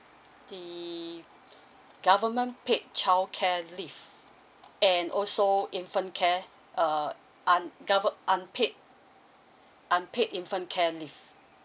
the government paid childcare leave and also infant care uh un~ gover~ unpaid unpaid infant care leave